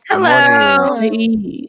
Hello